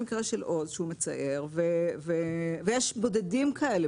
יש את המקרה של עוז שהוא מצער ויש בודדים כאלה.